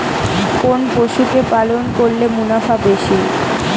কোন পশু কে পালন করলে মুনাফা বেশি?